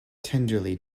tenderly